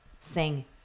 Sing